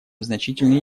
значительные